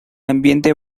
ambiente